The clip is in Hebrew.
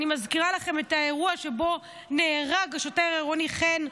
אני מזכירה לכם את האירוע שבו נהרג השוטר העירוני חן,